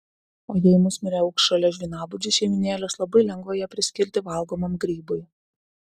o jei musmirė augs šalia žvynabudžių šeimynėlės labai lengva ją priskirti valgomam grybui